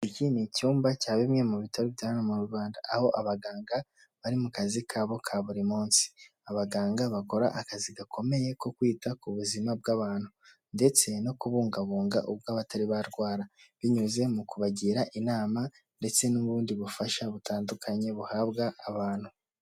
Iki ni icyumba cya bimwe mu bitaro bya hano Rwanda, aho abaganga bari mu kazi kabo ka buri munsi, abaganga bakora akazi gakomeye ko kwita ku buzima bw'abantu ndetse no kubungabunga ubw'abatari barwara, binyuze mu kubagira inama ndetse n'ubundi bufasha butandukanye buhabwa abantu.